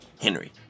Henry